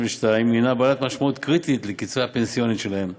הנה בעלת משמעות קריטית לקצבה הפנסיונית שלהן.